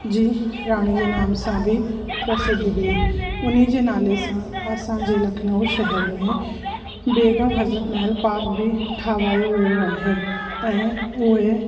जी राणी जे नाम सां बि प्रसिद्ध हुई उन्ही जे नाले सां असांजे लखनऊ शहर में बेगम हज़रत महल पार्क बि ठावायो वियो आहे ऐं उहे